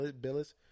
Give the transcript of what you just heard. Billis